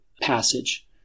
passage